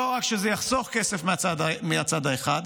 לא רק שזה יחסוך כסף מהצד האחד,